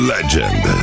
Legend